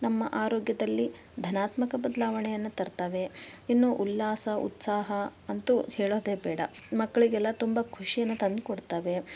ನಮ್ಮ ಆರೋಗ್ಯದಲ್ಲಿ ಧನಾತ್ಮಕ ಬದಲಾವಣೆಯನ್ನು ತರ್ತಾವೆ ಇನ್ನು ಉಲ್ಲಾಸ ಉತ್ಸಾಹ ಅಂತೂ ಹೇಳೋದೆ ಬೇಡ ಮಕ್ಕಳಿಗೆಲ್ಲ ತುಂಬ ಖುಷಿನ ತಂದ್ಕೊಡ್ತವೆ